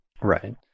Right